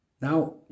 Now